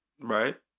Right